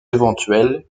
éventuelles